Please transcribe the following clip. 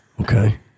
Okay